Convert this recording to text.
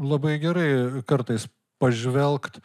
labai gerai kartais pažvelgt